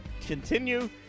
continue